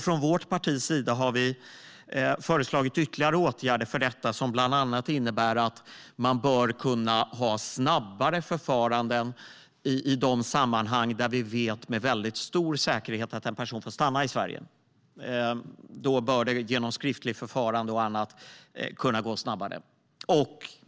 Från vårt partis sida har vi föreslagit ytterligare åtgärder för detta. Det innebär bland annat att man bör kunna ha snabbare förfaranden i de sammanhang där vi med väldigt stor säkerhet vet att en person får stanna i Sverige. Då bör det genom skriftligt förfarande och annat kunna gå snabbare.